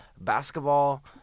basketball